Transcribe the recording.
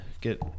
get